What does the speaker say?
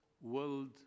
World